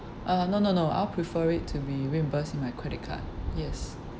uh no no no I'll prefer it to be reimbursed in my credit card yes